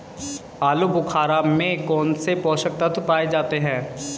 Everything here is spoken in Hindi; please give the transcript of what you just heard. आलूबुखारा में कौन से पोषक तत्व पाए जाते हैं?